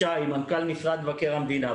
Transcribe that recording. ישי, מנכ"ל משרד מבקר המדינה.